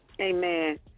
Amen